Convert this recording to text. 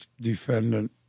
defendant